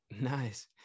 Nice